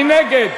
מי נגד?